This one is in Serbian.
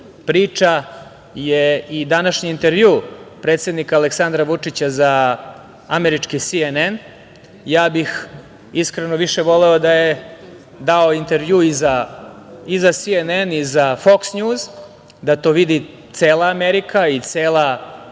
priča je i današnji intervju predsednika Aleksandra Vučića za američki „CNN“. Ja bih, iskreno, više voleo da je dao intervju i za „CNN“ i za „Fox News“, da to vidi cela Amerika, ceo